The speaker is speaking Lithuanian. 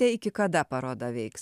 jei iki kada parduoti ką veiks